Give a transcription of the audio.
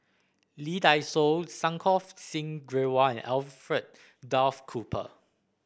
Lee Dai Soh Santokh Singh Grewal and Alfred Duff Cooper